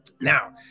now